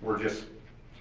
we're just